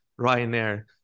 Ryanair